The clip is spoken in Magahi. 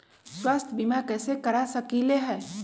स्वाथ्य बीमा कैसे करा सकीले है?